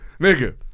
Nigga